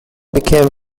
became